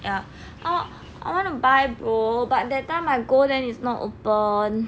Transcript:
ya I want to buy both but that time I go there is not open